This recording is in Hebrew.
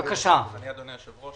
אני, אדוני היושב-ראש.